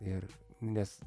ir nes